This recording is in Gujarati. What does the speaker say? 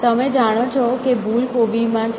તમે જાણો છો કે ભૂલ કોબીમાં છે